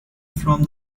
from